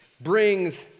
brings